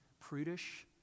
prudish